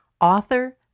author